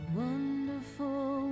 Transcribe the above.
wonderful